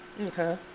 Okay